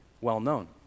well-known